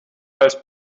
als